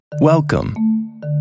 Welcome